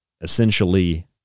essentially